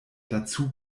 dazu